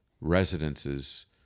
residences